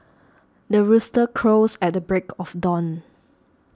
the rooster crows at the break of dawn